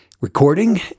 recording